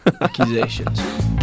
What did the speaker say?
accusations